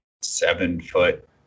seven-foot